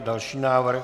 Další návrh?